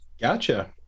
Gotcha